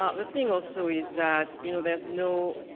ah the thing also is that you know there's no